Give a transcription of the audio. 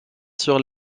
sur